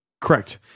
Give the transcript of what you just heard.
correct